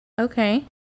Okay